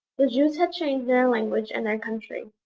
the jews had changed their language and their country.